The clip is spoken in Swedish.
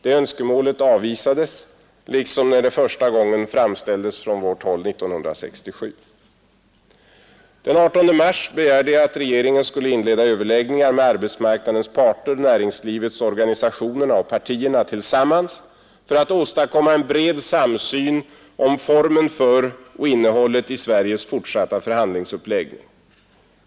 Det önskemålet avvisades liksom när det första gången framställdes från vårt håll 1967. Den 18 mars begärde jag att regeringen skulle inleda överläggningar med arbetsmarknadens parter, näringslivets organisationer och partierna tillsammans för att åstadkomma en bred samsyn om formen för och innehållet i Sveriges fortsatta förhandlingsuppläggning.